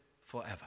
forever